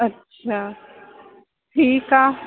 अच्छा ठीकु आहे